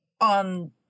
on